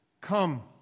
Come